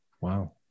Wow